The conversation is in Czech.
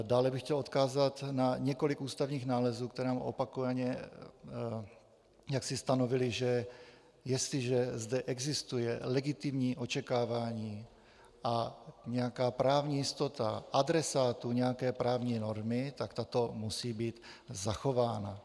Dále bych chtěl odkázat na několik ústavních nálezů, které nám opakovaně stanovily, že jestliže zde existuje legitimní očekávání a nějaká právní jistota adresátů nějaké právní normy, tak tato musí být zachována.